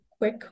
quick